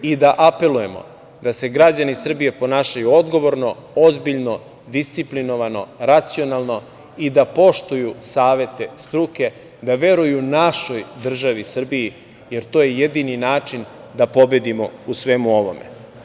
Moramo da apeluje da se građani Srbije ponašaju odgovorno, ozbiljno, disciplinovano, racionalno i da poštuju savete struke, da veruju našoj državi Srbiji, jer to je jedini način da pobedimo u svemu ovome.